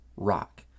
Rock